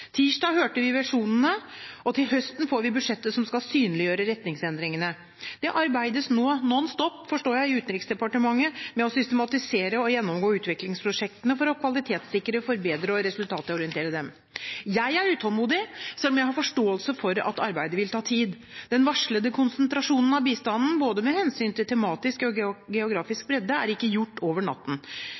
Tirsdag hørte vi visjonene, og til høsten får vi budsjettet som skal synliggjøre retningsendringene. Det arbeides nå non stop, forstår jeg, i Utenriksdepartementet med å systematisere og gjennomgå utviklingsprosjektene for å kvalitetssikre, forbedre og resultatorientere dem. Jeg er utålmodig selv om jeg har forståelse for at arbeidet vil ta tid. Den varslede konsentrasjonen av bistanden med hensyn til både tematisk og geografisk bredde er ikke gjort over natten.